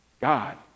God